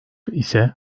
ise